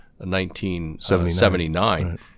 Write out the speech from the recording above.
1979